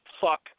fuck